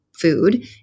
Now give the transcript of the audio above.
food